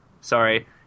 Sorry